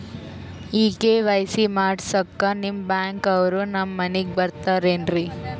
ಈ ಕೆ.ವೈ.ಸಿ ಮಾಡಸಕ್ಕ ನಿಮ ಬ್ಯಾಂಕ ಅವ್ರು ನಮ್ ಮನಿಗ ಬರತಾರೆನ್ರಿ?